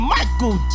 Michael